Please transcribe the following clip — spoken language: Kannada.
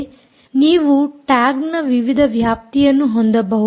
ನೀವು ಟ್ಯಾಗ್ ನ ವಿವಿಧ ವ್ಯಾಪ್ತಿಯನ್ನು ಹೊಂದಬಹುದು